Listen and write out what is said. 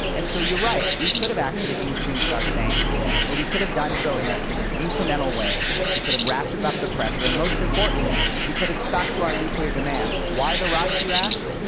and so you re right, we could have actually increased our sanctions, but we could have done so in ah in an incremental way. we could have ratcheted up the pressure. and most importantly, we could have stuck to our nuclear demands. why the rush, you ask?